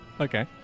Okay